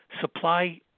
supply